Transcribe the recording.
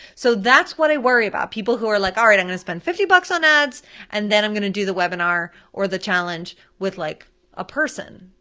so that's what i worry about, people who are like, all right, i'm gonna spend fifty bucks on ads and then i'm gonna do the webinar or the challenge with like a person,